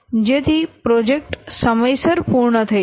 જેથી પ્રોજેક્ટ સમયસર પૂર્ણ થઈ શકે